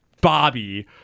Bobby